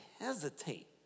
hesitate